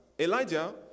Elijah